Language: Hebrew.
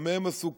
במה הם עסוקים?